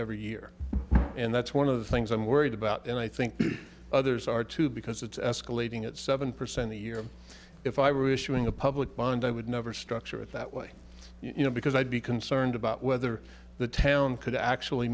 every year and that's one of the things i'm worried about and i think others are too because it's escalating at seven percent a year if i were issuing a public bond i would never structure it that way you know because i'd be concerned about whether the town could actually